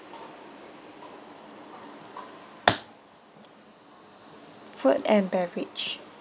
food and beverage